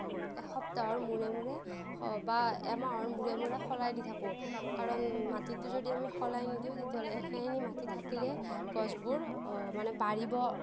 এসপ্তাহৰ মূৰে মূৰে বা এমাহৰ মূৰে মূৰে সলাই দি থাকোঁ কাৰণ মাটিটো যদি আমি সলাই নিদিওঁ তেতিয়াহ'লে একেখিনি মাটি থাকিলে গছবোৰ মানে বাঢ়িব